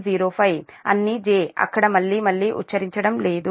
05 అన్ని j అక్కడ మళ్లీ మళ్లీ ఉచ్చరించడం లేదు